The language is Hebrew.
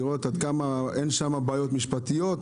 לדעת עד כמה אין שם בעיות משפטיות,